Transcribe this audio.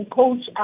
coach